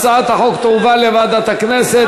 הצעת החוק עברה בקריאה ראשונה ותועבר לוועדת החוקה,